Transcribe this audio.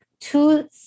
two